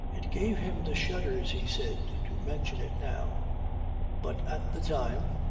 it gave him the shudders, he said, to mention it now but at the time,